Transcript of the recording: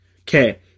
Okay